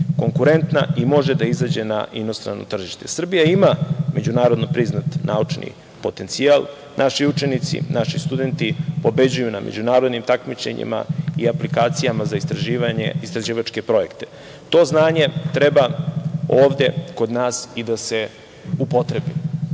konkurentna i može da izađe na inostrano tržište. Srbija ima međunarodno priznat naučni potencijal. Naši učenici, naši studenti pobeđuju na međunarodnim takmičenjima i aplikacijama za istraživanje i istraživačke projekte. To znanje treba ovde kod nas i da upotrebi.